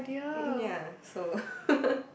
um um ya so